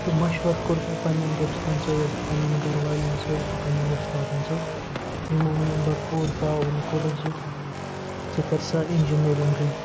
تہٕ مَشوَرٕ کوٚر مےٚ پَننٮ۪ن دوستَن سۭتۍ پنٛنٮ۪ن گَرٕ والٮ۪ن سۭتۍ تہٕ پنٛنٮ۪ن وۄستادَن سۭتۍ یِمو مےٚ بَرپوٗر تعاوُن کوٚر زِ ژٕ کَر سۄ اِنجینٔرِنٛگ گٔے